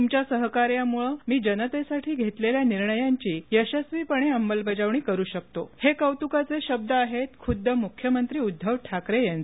तुमच्या सहकार्यामुळे मी जनतेसाठी घेतलेल्या निर्णयांची यशस्वीपणे अंमलबजावणी करू शकतो हे कौतुकाचे शब्द आहेत खुद्द मुख्यमंत्री उद्दव ठाकरे यांचे